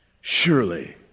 surely